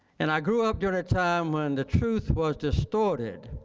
and i grew up during a time when the truth was distorted